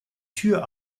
tür